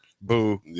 Boo